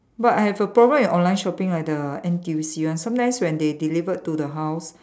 but I have a problem with online shopping right the N_T_U_C one sometimes when they delivered to the house